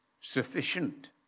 sufficient